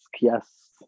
yes